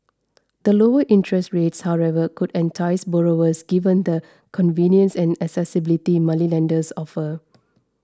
the lower interests rates however could entice borrowers given the convenience and accessibility moneylenders offer